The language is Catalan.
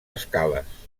escales